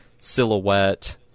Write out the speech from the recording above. silhouette